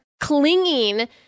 clinging